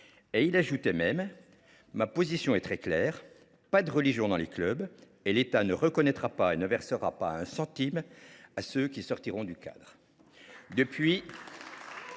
Il ajoutait même :« Ma position est très claire, pas de religion dans les clubs et l’État ne reconnaîtra pas et ne versera pas un centime à ceux qui sortent du cadre. »